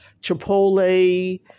Chipotle